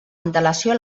antelació